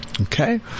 okay